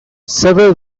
several